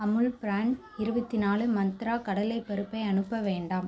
Amul brand இருபத்தி நாலு மந்த்ரா கடலைப் பருப்பை அனுப்ப வேண்டாம்